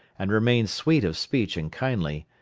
and remain sweet of speech and kindly,